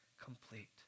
complete